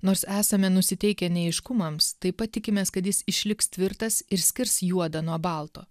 nors esame nusiteikę neaiškumams taip pat tikimės kad jis išliks tvirtas ir skirs juodą nuo balto